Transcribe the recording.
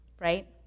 right